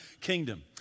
kingdom